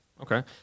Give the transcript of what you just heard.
okay